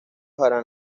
harán